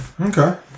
Okay